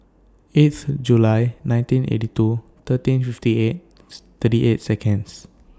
eighth July nineteen eighty two thirteen fifty eighth thirty eight Seconds